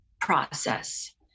process